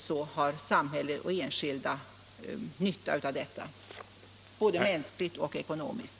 Det har samhället och den enskilde nytta av både mänskligt och ekonomiskt.